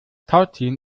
tauziehen